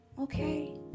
Okay